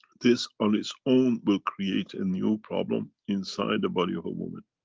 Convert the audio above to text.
this on its own, will create a new problem inside the body of a woman.